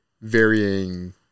varying